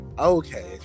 Okay